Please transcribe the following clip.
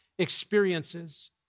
experiences